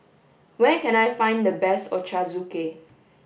where can I find the best Ochazuke